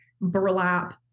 burlap